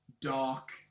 dark